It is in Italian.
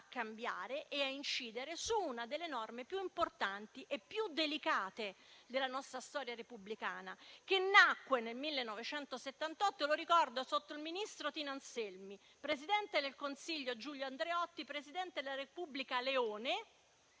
cambiare e a incidere una delle norme più importanti e più delicate della nostra storia repubblicana, che nacque nel 1978 - lo ricordo - sotto il ministro Tina Anselmi, con presidente del Consiglio Giulio Andreotti e presidente della Repubblica Leone,